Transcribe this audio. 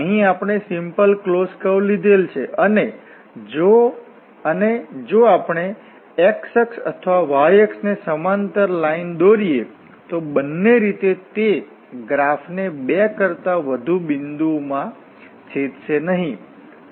અહી આપણે simple closed curve લીધેલ છે અને આપણે જો x અક્ષ અથવા y અક્ષ ને સમાંતર લાઇન દોરીએ તો બંને રીતે તે ગ્રાફ ને બે કરતાં વધુ બિંદુઓ માં છેદશે નહીં છે